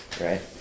right